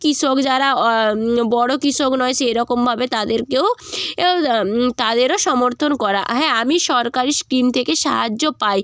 কৃষক যারা বড়ো কৃষক নয় সেই রকমভাবে তাদেরকেও তাদেরও সমর্থন করা হ্যাঁ আমি সরকারি স্কিম থেকে সাহায্য পাই